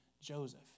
Joseph